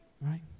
right